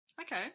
Okay